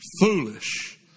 foolish